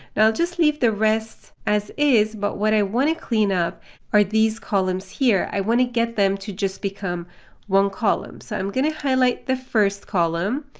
i'll just leave the rest as is. but what i want to clean up are these columns here. i want to get them to just become one column. so i'm going to highlight the first column.